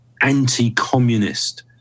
anti-communist